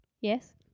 Yes